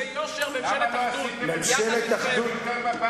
הצענו ביושר ממשלת אחדות יחד אתכם.